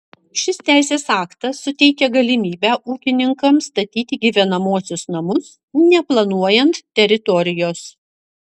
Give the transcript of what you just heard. šis teisės aktas suteikia galimybę ūkininkams statyti gyvenamuosius namus neplanuojant teritorijos